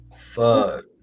Fuck